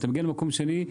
ואתה מגיע למקום שני,